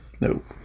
Nope